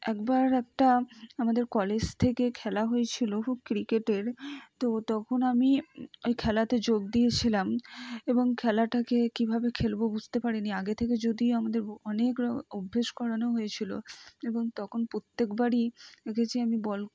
একবার একটা আমাদের কলেজ থেকে খেলা হয়েছিলো ক্রিকেটের তো তখন আমি ওই খেলাতে যোগ দিয়েছিলাম এবং খেলাটাকে কীভাবে খেলব বুঝতে পারি নি আগে থেকে যদি আমাদের অনেক র অভ্যেস করানো হয়েছিলো এবং তখন প্রত্যেক বারই দেখেছি আমি বল